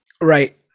right